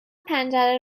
پنجره